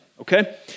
Okay